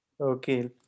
okay